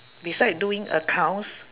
beside doing accounts